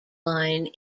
line